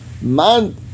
man